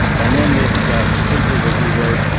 and in this paper that he wrote,